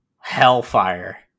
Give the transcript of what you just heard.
Hellfire